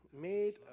made